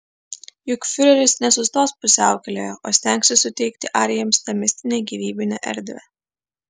juk fiureris nesustos pusiaukelėje o stengsis suteikti arijams tą mistinę gyvybinę erdvę